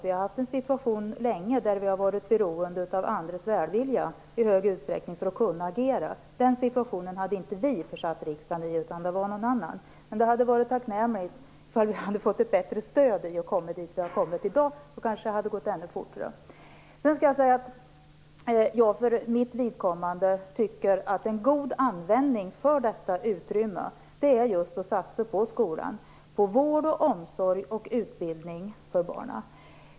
Situationen har länge varit att vi i stor utsträckning har varit beroende av andras välvilja för att kunna agera. Den situationen har inte vi försatt riksdagen i, utan det var någon annan. Men det hade varit tacknämligt om vi hade fått ett bättre stöd för att komma dit vi har kommit i dag. Då kanske det hade gått ännu fortare. Jag tycker att en god användning av detta utrymme är att just satsa på vård, omsorg och utbildning för barnen.